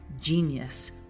Genius